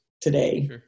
today